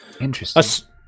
interesting